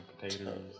potatoes